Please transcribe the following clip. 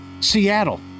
Seattle